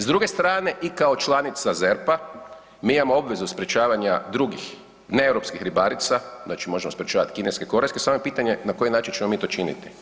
S druge strane i kao članica ZERP-a mi imamo obvezu sprečavanja drugih ne europskih ribarica, znači možemo sprečavati kineske … samo je pitanje na koji način ćemo mi to činiti.